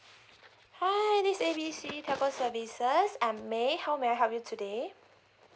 hi this is A B C telco services I'm may how may I help you today